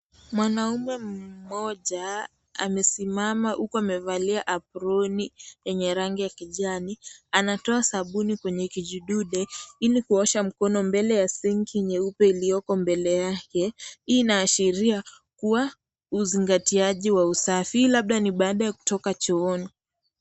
Mwanaume mmoja amesimama huku amevalia abloni yenye rangi ya kijani, anatoa sabuni kwenye kijidude ilikuosha mkono mbele ya sinki nyeupe ilioko mbele yake, hii inaashiria kuwa uzingatiaji wa usafi hi labda ni baada ya kutoka chooni.